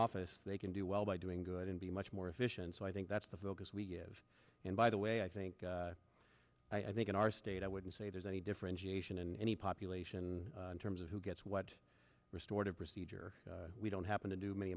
office they can do well by doing good and be much more efficient so i think that's the focus we give and by the way i think i think in our state i wouldn't say there's a differentiation in any population in terms of who gets what restorative procedure we don't happen to do many